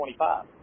25